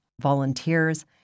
volunteers